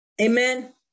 Amen